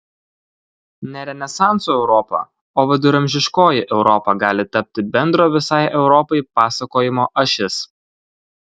ne renesanso europa o viduramžiškoji europa gali tapti bendro visai europai pasakojimo ašis